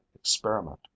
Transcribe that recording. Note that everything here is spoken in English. experiment